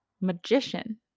magician